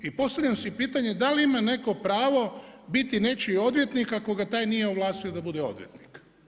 I postavljam si pitanje, da li ima netko pravo biti nečiji odvjetnik, ako ga taj nije ovlastio da taj bude odvjetnik.